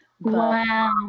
Wow